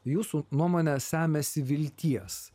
jūsų nuomone semiasi vilties